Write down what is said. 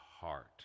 heart